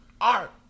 Art